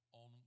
on